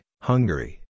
Hungary